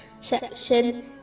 section